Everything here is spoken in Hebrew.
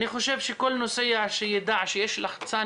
אני חושב שכל נוסע שיידע שיש לחצן